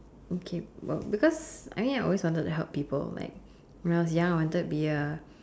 okay well because I mean I always wanted to help people like when I was young I wanted to be a